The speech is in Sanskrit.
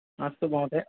अस्तु महोदय